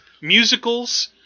musicals